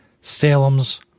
Salem's